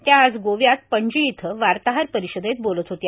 त्या आज गोव्यात पणजी इथं वार्ताहर परिषदेत बोलत होत्या